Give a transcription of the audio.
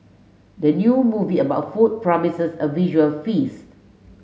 the new movie about food promises a visual feast